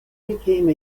became